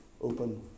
open